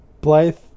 Blythe